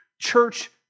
church